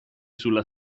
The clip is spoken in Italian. sulla